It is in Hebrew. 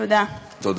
תודה.